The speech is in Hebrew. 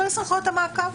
כל סמכויות המעקב.